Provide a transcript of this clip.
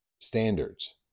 standards